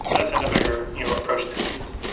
so that's another you know approach that we use.